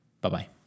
Bye-bye